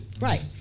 Right